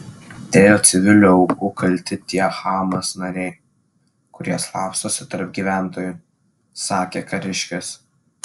dėl civilių aukų kalti tie hamas nariai kurie slapstosi tarp gyventojų sakė kariškis